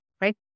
right